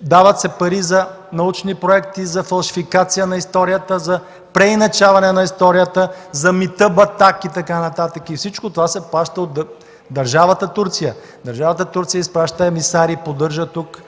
дават се пари за научни проекти, за фалшификация на историята, за преиначаване на историята, за „мита Батак” и така нататък, и всичко това се плаща от държавата Турция. Държавата Турция изпраща емисари, поддържат тук